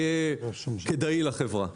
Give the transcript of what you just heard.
יהיה כדאי לחברה.